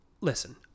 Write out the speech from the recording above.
listen